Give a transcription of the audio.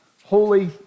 holy